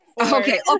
okay